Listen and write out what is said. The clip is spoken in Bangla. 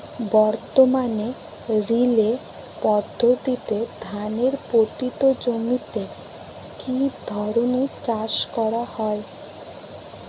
বর্তমানে রিলে পদ্ধতিতে ধানের পতিত জমিতে কী ধরনের চাষ করা হয়?